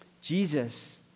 Jesus